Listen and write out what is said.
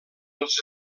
els